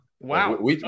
wow